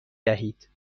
دهید